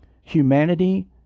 humanity